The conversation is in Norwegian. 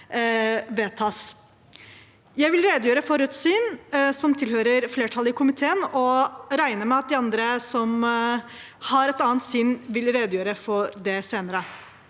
Jeg vil redegjøre for Rødts syn – Rødt tilhører flertallet i komiteen – og regner med at de som har et annet syn, vil redegjøre for det senere.